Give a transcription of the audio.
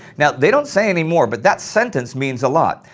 now, they don't say any more, but that sentence means a lot.